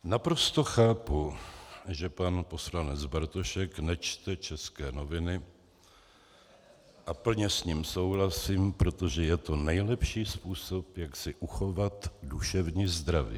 Naprosto chápu, že pan poslanec Bartošek nečte české noviny, a plně s ním souhlasím, protože je to nejlepší způsob, jak si uchovat duševní zdraví.